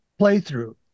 playthrough